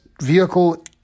vehicle